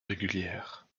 régulière